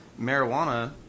marijuana